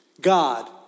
God